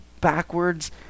backwards